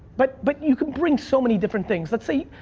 but but you can bring so many different things. let's say,